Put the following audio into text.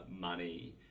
money